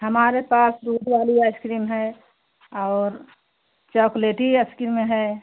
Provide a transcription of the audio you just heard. हमारे पास दूध बाली आइस क्रीम है और चौकलेटी आइस क्रीम है